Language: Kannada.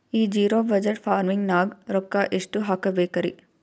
ಈ ಜಿರೊ ಬಜಟ್ ಫಾರ್ಮಿಂಗ್ ನಾಗ್ ರೊಕ್ಕ ಎಷ್ಟು ಹಾಕಬೇಕರಿ?